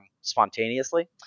spontaneously